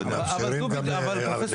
אתם מאפשרים גם לפרטיים אולי?